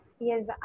yes